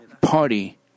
party